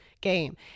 game